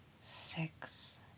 six